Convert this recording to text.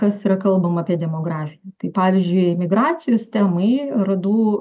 kas yra kalbama apie demografiją tai pavyzdžiui migracijos temai radau